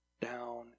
down